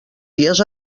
dies